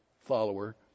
follower